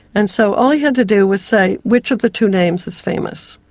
and so all he had to do was say which of the two names is famous.